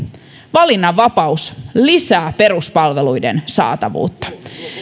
valinnanvapaus lisää peruspalveluiden saatavuutta